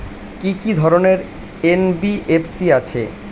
কি কি ধরনের এন.বি.এফ.সি আছে?